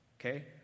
Okay